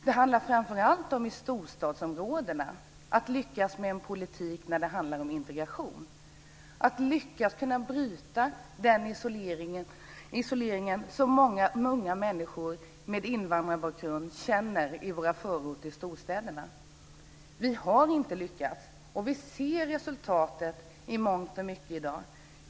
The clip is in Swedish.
Det handlar i storstadsområdena framför allt om att lyckas med en integrationspolitik, att kunna bryta den isolering som många unga människor med invandrarbakgrund känner i storstadsområdenas förorter. Vi har inte lyckats, och vi ser i dag resultatet i mångt och mycket.